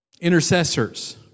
intercessors